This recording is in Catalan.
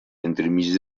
entremig